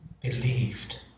believed